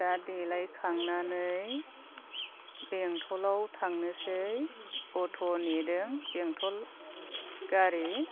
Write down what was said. दा देलाय खांनानै बेंटलाव थांनोसै अट' नेदों बेंटल गारि